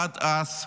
עד אז,